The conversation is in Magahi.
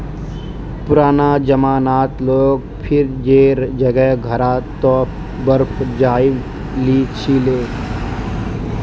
पुराना जमानात लोग फ्रिजेर जगह घड़ा त बर्फ जमइ ली छि ले